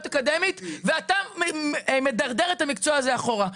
אקדמית ואתה מדרדר את המקצוע הזה אחורה.